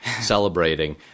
celebrating